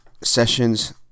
sessions